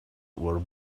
were